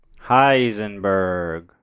Heisenberg